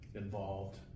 involved